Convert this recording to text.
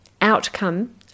outcome